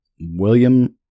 William